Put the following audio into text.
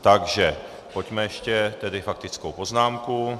Takže pojďme ještě tedy faktickou poznámku.